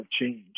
change